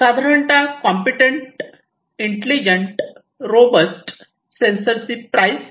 साधारणतः competent intelligent robust सेन्सरची price देखील जास्त असते